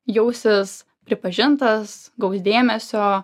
jausis pripažintas gaus dėmesio